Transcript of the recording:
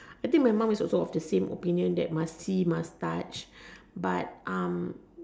I think my mum is also of the same opinion that must see must touch but um